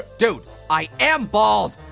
dude, i am bald!